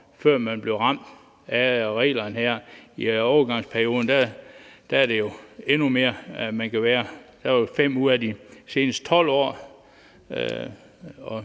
før de bliver ramt af reglerne her. I overgangsperioden er det jo endnu længere tid, man kan være det, nemlig 5 ud af de seneste 12 år,